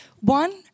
One